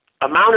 amount